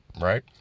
right